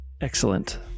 Excellent